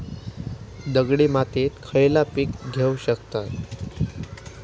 दगडी मातीत खयला पीक घेव शकताव?